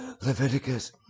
Leviticus